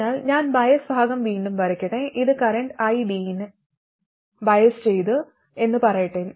അതിനാൽ ഞാൻ ബയസ് ഭാഗം വീണ്ടും വരയ്ക്കട്ടെ ഇത് കറന്റ് I0 നെ ബയസ് ചെയ്തു എന്ന് പറയട്ടെ